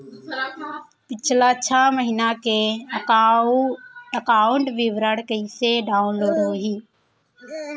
पिछला छः महीना के एकाउंट विवरण कइसे डाऊनलोड होही?